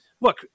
look